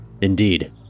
Indeed